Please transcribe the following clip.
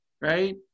right